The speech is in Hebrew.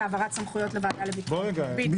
העברת סמכויות- -- בדיוק.